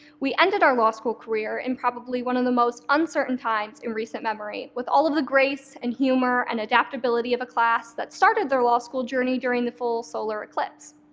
we ended our law school career in probably one of the most uncertain times in recent memory, with all of the grace and humor and adaptability of a class that started their law school journey during the full solar eclipse.